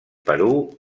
perú